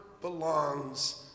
belongs